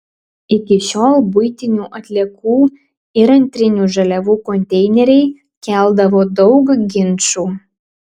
iki šiol buitinių atliekų ir antrinių žaliavų konteineriai keldavo daug ginčų